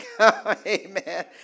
Amen